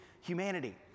humanity